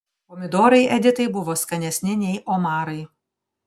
pomidorai editai buvo skanesni nei omarai